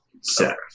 set